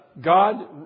God